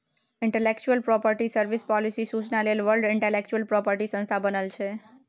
intellectual property service, policy सुचना लेल world intellectual property संस्था बनल छै